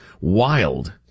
Wild